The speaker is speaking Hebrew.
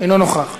אינו נוכח.